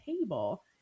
table